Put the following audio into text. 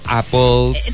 apples